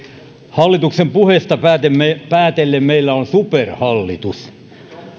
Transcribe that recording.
hallituksen puheista päätellen päätellen meillä on superhallitus